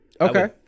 Okay